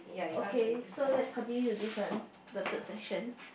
okay so let's continue to this one the third session